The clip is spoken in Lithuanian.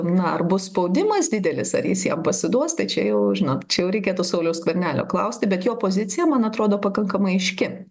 na ar bus spaudimas didelis ar jis jam pasiduos tai čia jau žino čia jau reikėtų sauliaus skvernelio klausti bet jo pozicija man atrodo pakankamai aiški